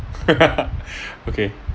okay